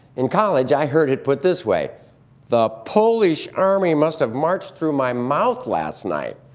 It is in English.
in college, i heard it put this way the polish army must have marched through my mouth last night.